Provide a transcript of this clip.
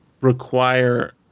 require